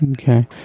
okay